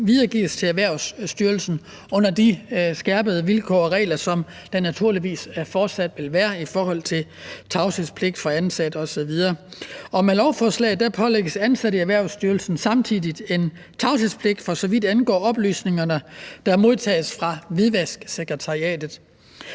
videregives til Erhvervsstyrelsen under de skærpede vilkår og regler, som der naturligvis fortsat vil være, om tavshedspligt for ansatte osv. Med lovforslaget pålægges ansatte i Erhvervsstyrelsen samtidig en tavshedspligt, for så vidt angår oplysninger, der modtages fra Hvidvasksekretariatet.